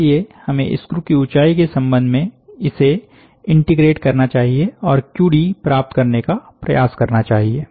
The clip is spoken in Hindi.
इसलिए हमें स्क्रू की ऊंचाई के संबंध में इसे इंटीग्रेट करना चाहिए और Qd प्राप्त करने का प्रयास करना चाहिए